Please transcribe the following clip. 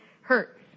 hurt